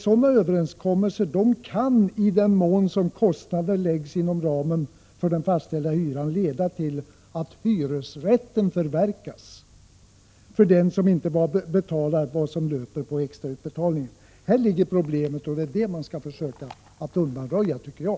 Sådana överenskommelser kan, i den mån som kostnader läggs inom ramen för den fastställda hyran, leda till att hyresrätten förverkas för den som inte betalar vad som löper på extrautbetalningen. Här ligger problemet, och det är det man skall försöka att undanröja, tycker jag.